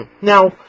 Now